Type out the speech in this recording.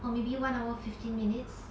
or maybe one hour fifteen minutes